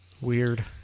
Weird